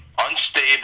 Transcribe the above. unstable